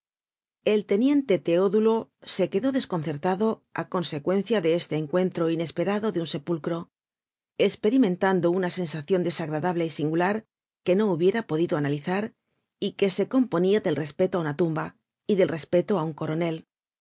el teniente teodulo se quedó desconcertado á consecuencia de este encuentro inesperado de un sepulcro esperimentando una sensacion desagradable y singular que no hubiera podido analizar y que se componia del respeto á una tumba y del respeto á un coronel